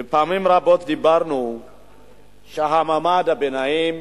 ופעמים רבות אמרנו שמעמד הביניים